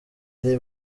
ari